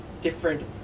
different